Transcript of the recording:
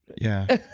yeah.